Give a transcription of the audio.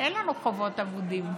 אין לנו חובות אבודים.